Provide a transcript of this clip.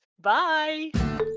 Bye